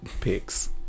pics